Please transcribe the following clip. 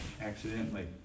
accidentally